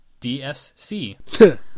dsc